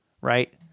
right